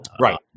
Right